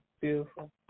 beautiful